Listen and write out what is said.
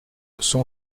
son